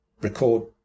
record